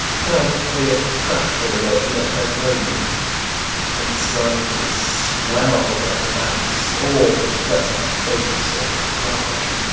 proud cleopatra when she met her roman and cydnus swell'd above the banks, or for the press of boats or pride.